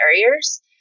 barriers